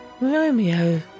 Romeo